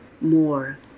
more